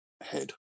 head